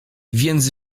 więc